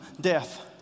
death